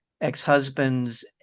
ex-husbands